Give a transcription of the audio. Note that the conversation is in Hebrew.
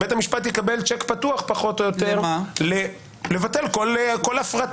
בית המשפט יקבל צ'ק פתוח לבטל כל הפרטה